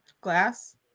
Glass